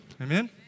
Amen